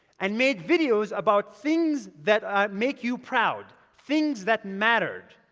and made videos about things that make you proud. things that mattered.